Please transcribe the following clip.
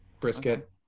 brisket